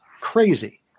crazy